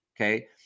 okay